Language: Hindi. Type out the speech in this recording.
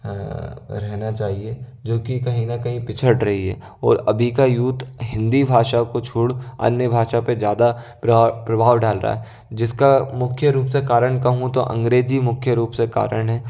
रहना चाहिए जोकि कहीं ना कहीं पिछड़ रही है और अभी का यूथ हिंदी भाषा को छोड़ अन्य भाषा पे ज़्यादा प्र प्रभाव डाल रहा है जिसका मुख्य रूप से कारण कहूँ तो अंग्रेज़ी मुख्य रूप से कारण है